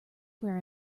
where